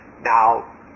Now